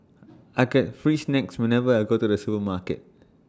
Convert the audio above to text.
I get free snacks whenever I go to the supermarket